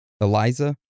Eliza